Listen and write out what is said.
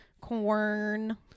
Corn